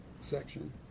section